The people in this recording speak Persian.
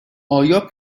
آیا